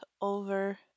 over